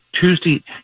Tuesday